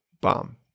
bomb